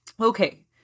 Okay